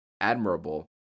admirable